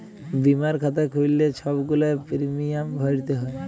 বীমার খাতা খ্যুইল্লে ছব গুলা পিরমিয়াম ভ্যইরতে হ্যয়